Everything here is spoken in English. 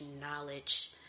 knowledge